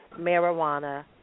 marijuana